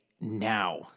now